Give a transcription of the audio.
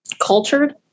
Cultured